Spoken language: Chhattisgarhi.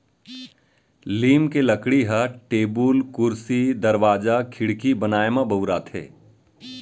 लीम के लकड़ी ह टेबुल, कुरसी, दरवाजा, खिड़की बनाए म बउराथे